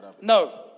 no